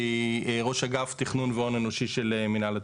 שהיא ראש אגף תכנון והון אנושי של מינהל התכנון.